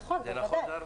נכון, בוודאי.